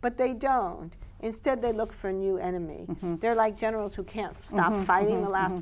but they don't instead they look for a new enemy they're like generals who can't stop fighting the last